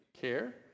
care